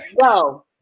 go